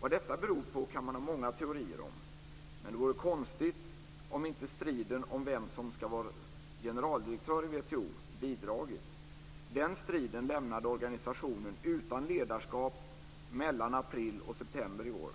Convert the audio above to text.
Vad detta beror på kan man ha många teorier om. Men det vore konstigt om inte striden om vem som skulle vara generaldirektör i WTO bidragit. Den striden lämnade organisationen utan ledarskap mellan april och september i år,